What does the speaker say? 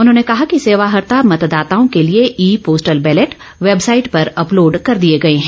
उन्होंने कहा कि सेवाहर्ता मतदाताओं कर्क लिए ई पोस्टल बैलेट वैबसाइट पर अपलोड कर दिए गए हैं